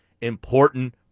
important